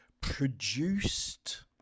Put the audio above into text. produced